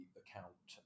account